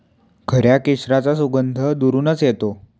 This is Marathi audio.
खऱ्या केशराचा सुगंध दुरूनच येतो